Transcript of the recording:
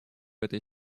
этой